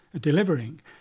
delivering